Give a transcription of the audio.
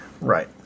Right